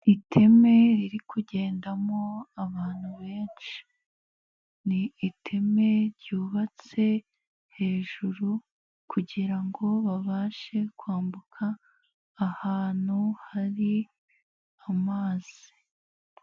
Iteme riri kugendamo abantu benshi, ni iteme ryubatse hejuru kugira ngo babashe kwambuka ahantu hari amazi.